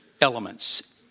elements